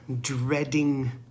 dreading